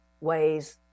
ways